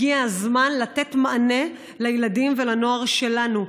הגיע הזמן לתת מענה לילדים ולנוער שלנו,